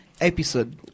episode